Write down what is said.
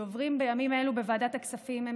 שעוברים בימים אלה בוועדת הכספים הם